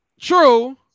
true